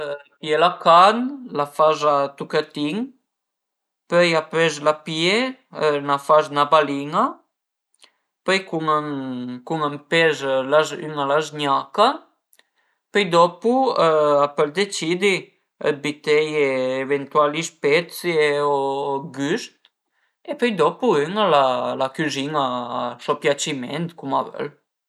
Pìe la carn, la faze a tuchetin, pöi la pìe, n'a fas 'na balin-a, pöi cun ën pes ün a la zgnaca, pöi dopu a pöl decidi dë büteie eventuali spezie e o güst e pöi ün a la cüzin-a a so piaciment, cum a völ